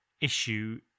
issue